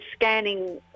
scanning